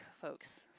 folks